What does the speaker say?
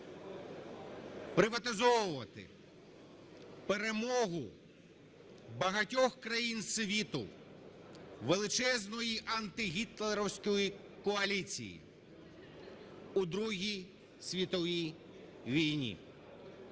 приватизовувати перемогу багатьох країн світу, величезної антигітлерівської коаліції у Другій світовій війні.